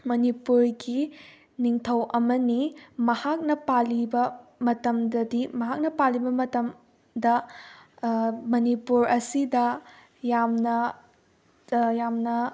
ꯃꯅꯤꯄꯨꯔꯒꯤ ꯅꯤꯡꯊꯧ ꯑꯃꯅꯤ ꯃꯍꯥꯛꯅ ꯄꯥꯜꯂꯤꯕ ꯃꯇꯝꯗꯗꯤ ꯃꯍꯥꯛꯅ ꯄꯥꯜꯂꯤꯕ ꯃꯇꯝꯗ ꯃꯅꯤꯄꯨꯔ ꯑꯁꯤꯗ ꯌꯥꯝꯅ ꯌꯥꯝꯅ